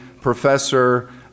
Professor